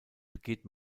begeht